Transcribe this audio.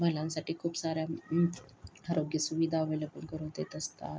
महिलांसाठी खूप सार्या आरोग्य सुविधा ॲव्हेलेबल करून देत असतात